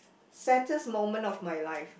saddest moment of my life